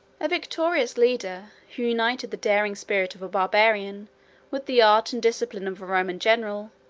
a victorious leader, who united the daring spirit of a barbarian with the art and discipline of a roman general,